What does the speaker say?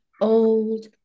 old